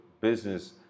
business